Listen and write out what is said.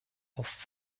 aus